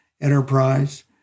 enterprise